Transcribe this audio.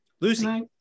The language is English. Lucy